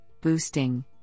boosting